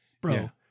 bro